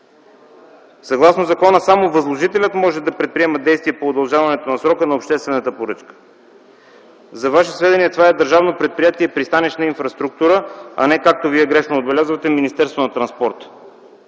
Съгласно закона, само възложителят може да предприема действия по удължаването на срока на обществената поръчка. За Ваше сведение, това е държавно предприятие „Пристанищна инфраструктура”, а не, както Вие грешно отбелязвате,